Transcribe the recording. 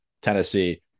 Tennessee